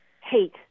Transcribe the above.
hate